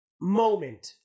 moment